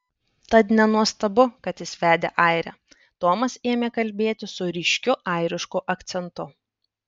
tad nenuostabu kad jis vedė airę tomas ėmė kalbėti su ryškiu airišku akcentu